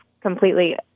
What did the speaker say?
completely